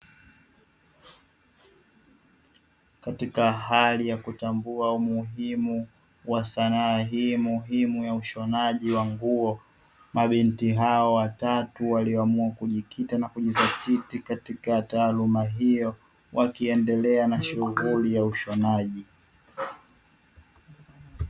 Katika Hali ya kutambua umuhimu wa Sanaa hii muhimu ya ushonaji wa nguo, mabinti hawa watatu walioamua kujikita na kujidhatiti katika taaluma hiyo wakiendelea na shughuli ya ushonaji.